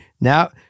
Now